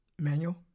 Manual